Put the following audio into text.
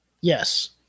Yes